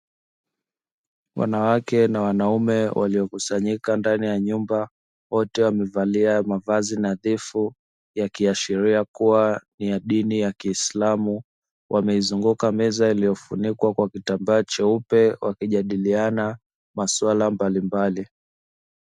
Wanawake na wanaume waliokusanyika ndani ya nyumba, wote wamevalia mavazi nadhifu yakiashiria kuwa ni ya dini ya kiislamu, wameizunguka meza iliyofunikwa na kitambaa cheupe wakijadiliana masuala mbalimbali.